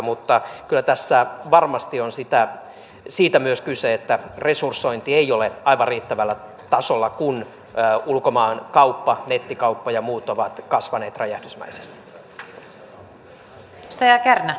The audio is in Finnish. mutta kyllä tässä varmasti on siitä myös kyse että resursointi ei ole aivan riittävällä tasolla kun ulkomaankauppa nettikauppa ja muut ovat kasvaneet räjähdysmäisesti